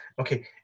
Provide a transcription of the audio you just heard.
okay